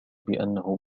بأنه